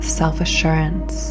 self-assurance